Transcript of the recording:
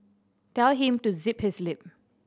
tell him to zip his lip